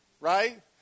Right